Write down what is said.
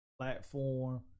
platform